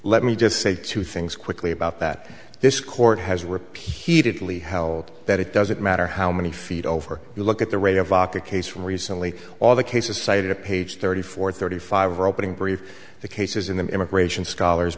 let me just say two things quickly about that this court has repeatedly held that it doesn't matter how many feet over you look at the rate of aka case recently all the cases cited a page thirty four thirty five are opening brief the cases in the immigration scholars